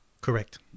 Correct